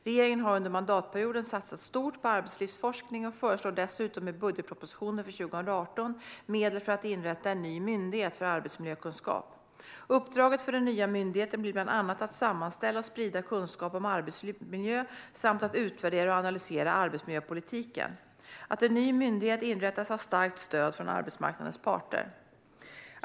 Regeringen har under mandatperioden satsat stort på arbetslivsforskning och föreslår dessutom i budgetpropositionen för 2018 medel för att inrätta en ny myndighet för arbetsmiljökunskap. Uppdraget för den nya myndigheten blir bland annat att sammanställa och sprida kunskap om arbetsmiljö samt att utvärdera och analysera arbetsmiljöpolitiken. Att en ny myndighet inrättas har starkt stöd från arbetsmarknadens parter.